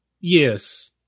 Yes